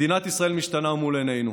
מדינת ישראל משתנה מול עינינו,